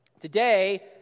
Today